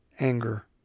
anger